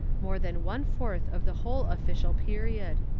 more than one-fourth of the whole official period.